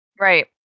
Right